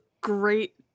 great